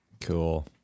cool